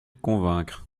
convaincre